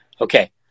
okay